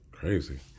Crazy